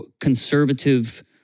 conservative